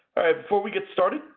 before we get started,